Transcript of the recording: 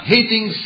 Hating